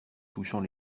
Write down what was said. touchant